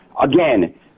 Again